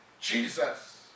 Jesus